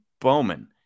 Bowman